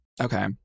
Okay